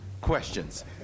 questions